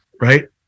right